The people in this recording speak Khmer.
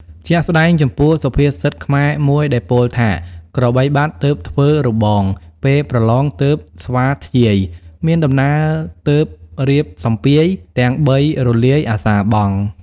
ជាក់ស្ដែងចំពោះសុភាសិតខ្មែរមួយដែលពោលថាក្របីបាត់ទើបធ្វើរបង ពេលប្រឡងទើបស្វាធ្យាយ មានដំណើរទើបរៀបសម្ពាយ ទាំងបីរលាយអសារបង់។